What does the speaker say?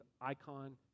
icon